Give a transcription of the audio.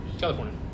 california